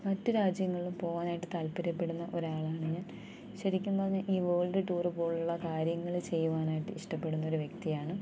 മറ്റു രാജ്യങ്ങളിൽ പോവാനായിട്ട് താല്പര്യപ്പെടുന്ന ഒരാളാണ് ഞാൻ ശരിക്കും പറഞ്ഞാൽ ഈ വേൾഡ് ടൂറ് പോലുള്ള കാര്യങ്ങൾ ചെയ്യുവാനായിട്ട് ഇഷ്ടപെടുന്ന ഒരു വ്യക്തിയാണ്